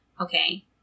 Okay